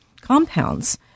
compounds